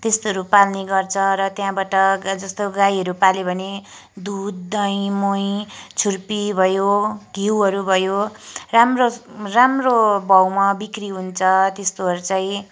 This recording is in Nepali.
त्यस्तोहरू पाल्ने गर्छ र त्यहाँबाट जस्तो गाईहरू पाल्यो भने दुध दही मोही छुर्पी भयो घिउहरू भयो राम्रो राम्रो भाउमा बिक्री हुन्छ त्यस्तोहरू चाहिँ